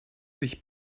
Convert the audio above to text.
sich